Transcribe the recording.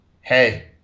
hey